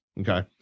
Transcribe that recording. Okay